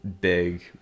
big